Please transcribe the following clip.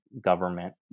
government